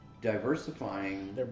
Diversifying